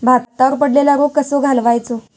भातावर पडलेलो रोग कसो घालवायचो?